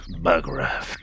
Bugraft